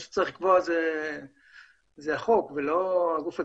שצריך לקבוע זה החוק ולא הגוף הציבורי.